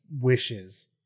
wishes